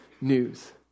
news